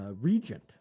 regent